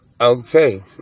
Okay